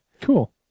cool